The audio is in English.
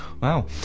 Wow